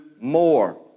more